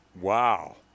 Wow